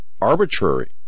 arbitrary